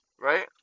right